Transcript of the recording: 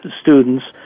students